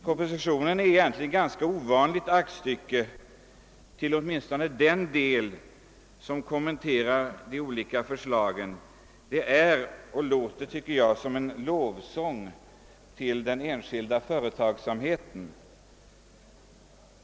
Propositionen är egentligen ett ovanligt aktstycke, åtminstone i den delen där de olika förslagen kommenteras; det är, tycker jag, som en lovsång till den enskilda företagsamheten.